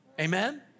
amen